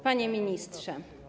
Panie Ministrze!